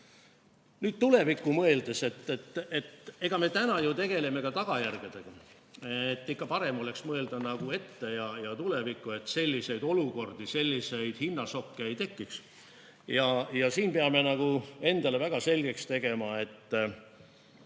kui tulevikule mõelda, siis täna me ju tegeleme ka tagajärgedega. Aga parem oleks ikka mõelda ette ja tulevikku, et selliseid olukordi, selliseid hinnašokke ei tekiks. Siin peame endale väga selgeks tegema, et